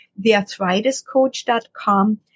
thearthritiscoach.com